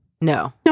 no